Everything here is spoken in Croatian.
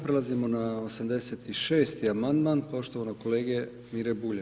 Prelazimo na 86. amandman poštovanog kolege Mire Bulja.